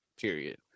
period